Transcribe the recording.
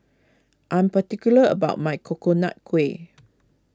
I am particular about my Coconut Kuih